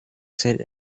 ser